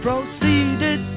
Proceeded